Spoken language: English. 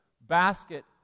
basket